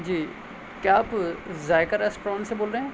جی کیا آپ ذائقہ ریسٹورانٹ سے بول رہے ہیں